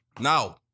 Now